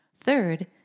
Third